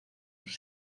los